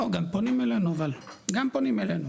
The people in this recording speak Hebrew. לא, גם פונים אלינו, אבל, גם פונים אלינו.